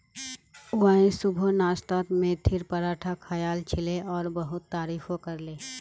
Y सुबह नाश्तात मेथीर पराठा खायाल छिले और बहुत तारीफो करले